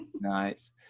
nice